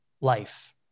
life